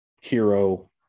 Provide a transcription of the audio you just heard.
hero